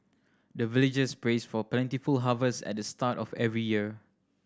the villagers pray for plentiful harvest at the start of every year